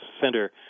center